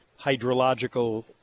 hydrological